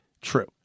true